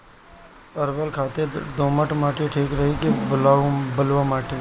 परवल खातिर दोमट माटी ठीक रही कि बलुआ माटी?